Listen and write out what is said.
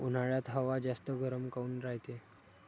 उन्हाळ्यात हवा जास्त गरम काऊन रायते?